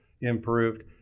improved